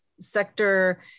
sector